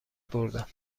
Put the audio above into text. بردم